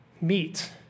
meet